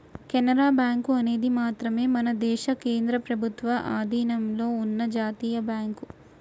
Canara bank అనేది మాత్రమే మన దేశ కేంద్ర ప్రభుత్వ అధీనంలో ఉన్న జాతీయ బ్యాంక్